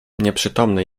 nieprzytomny